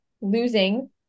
losing